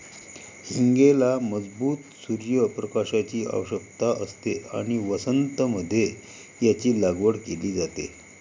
हींगेला मजबूत सूर्य प्रकाशाची आवश्यकता असते आणि वसंत मध्ये याची लागवड केली जाते